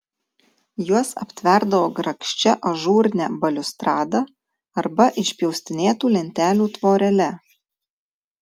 juos aptverdavo grakščia ažūrine baliustrada arba išpjaustinėtų lentelių tvorele